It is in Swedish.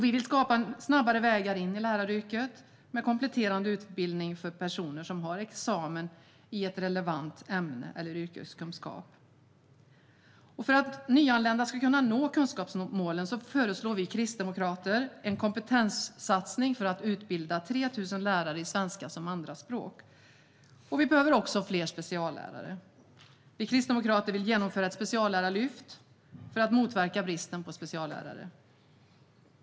Vi vill skapa snabbare vägar in i läraryrket med kompletterande utbildning för personer som har examen i ett relevant ämne eller yrkeskunskap. För att nyanlända ska kunna nå kunskapsmålen föreslår vi Kristdemokrater en kompetenssatsning för att utbilda 3 000 lärare i svenska som andraspråk. Vi behöver också fler speciallärare. Vi kristdemokrater vill genomföra ett speciallärarlyft för att motverka bristen på speciallärare.